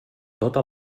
tota